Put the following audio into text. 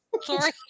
Sorry